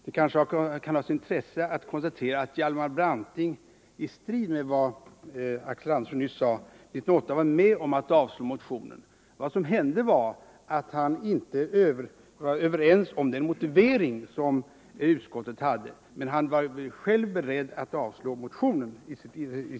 Det kanske har sitt intresse att konstatera att Hjalmar Branting — i strid med vad Axel Andersson nyss sade — år 1908 var med om att avslå motionen. Vad som hände var att han inte var överens om den motivering som utskottet hade. Men han var alltså själv beredd att avslå motionen.